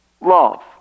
love